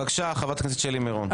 בבקשה, חברת הכנסת שלי מירון.